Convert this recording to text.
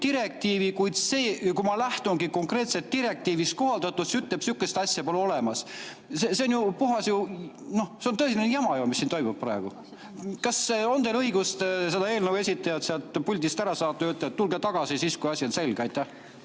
direktiivi, kuid kui ma lähtungi konkreetselt direktiivis kohaldatust, ta ütleb, et sihukest asja pole olemas. See on ju puhas ... Noh, see on tõeline jama ju, mis siin toimub praegu. Kas teil on õigus see eelnõu esitaja sealt puldist ära saata ja öelda, et tulge tagasi siis, kui asi on selge? Tänan,